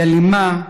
היא אלימה.